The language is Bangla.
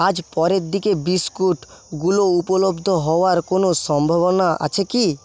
আজ পরের দিকে বিস্কুটগুলো উপলব্ধ হওয়ার কোনো সম্ভাবনা আছে কি